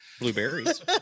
Blueberries